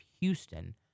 Houston